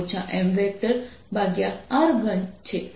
MM બનશે